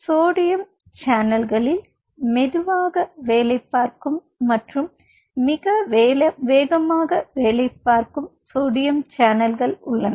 sodium சேனல்களில் மெதுவாக வேலை பார்க்கும் மற்றும் மிக வேகமாக வேலை பார்க்கும் சோடியம் சேனல்கள் உள்ளன